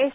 S